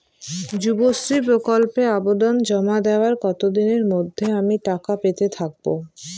যুবশ্রী প্রকল্পে আবেদন জমা দেওয়ার কতদিনের মধ্যে আমি টাকা পেতে থাকব?